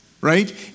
right